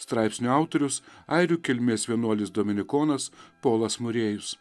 straipsnio autorius airių kilmės vienuolis dominikonas polas murėjus